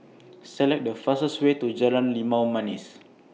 Select The fastest Way to Jalan Limau Manis